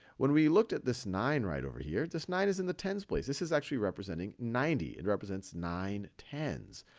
when we looked at this nine right over here, this nine is in the tens place. this is actually representing ninety. it represents nine tens.